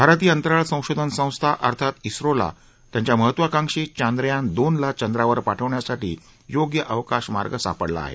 भारतीय अंतराळ संशोधन संस्था अर्थात झोला त्यांच्या महत्वाकांक्षी चांद्रयान दोनला चंद्रावर पाठवण्यासाठी योग्य अवकाश मार्ग सापडला आहे